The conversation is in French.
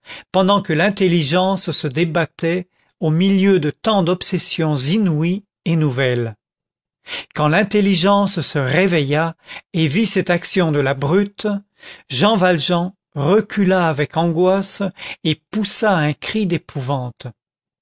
pendant que l'intelligence se débattait au milieu de tant d'obsessions inouïes et nouvelles quand l'intelligence se réveilla et vit cette action de la brute jean valjean recula avec angoisse et poussa un cri d'épouvante